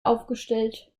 aufgestellt